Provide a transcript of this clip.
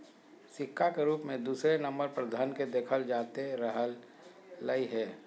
सिक्का के रूप मे दूसरे नम्बर पर धन के देखल जाते रहलय हें